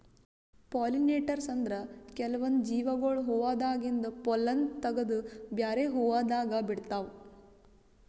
pollinators ಅಂದ್ರ ಕೆಲ್ವನ್ದ್ ಜೀವಿಗೊಳ್ ಹೂವಾದಾಗಿಂದ್ ಪೊಲ್ಲನ್ ತಗದು ಬ್ಯಾರೆ ಹೂವಾದಾಗ ಬಿಡ್ತಾವ್